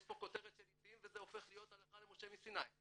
יש פה כותרת של עתים וזה הופך להיות הלכה למשה מסיני.